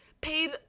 paid